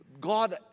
God